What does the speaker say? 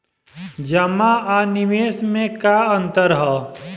जमा आ निवेश में का अंतर ह?